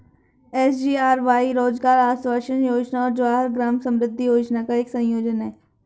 SGRY रोजगार आश्वासन योजना और जवाहर ग्राम समृद्धि योजना का एक संयोजन है